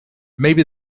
maybe